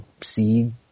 see